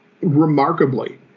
remarkably